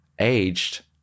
Aged